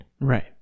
right